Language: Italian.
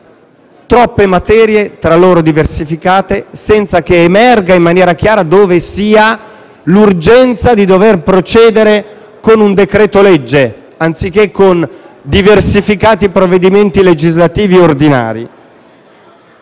troppe materie, tra loro diversificate, senza che emerga in maniera chiara dove sia l'urgenza di dover procedere con un decreto-legge, anziché con provvedimenti legislativi ordinari